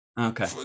Okay